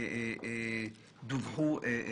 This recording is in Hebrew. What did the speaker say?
דווחו לציבור?